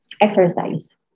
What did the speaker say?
exercise